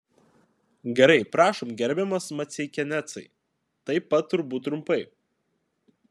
gerai prašom gerbiamas maceikianecai taip pat turbūt trumpai